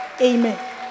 Amen